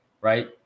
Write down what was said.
Right